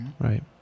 Right